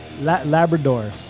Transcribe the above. Labrador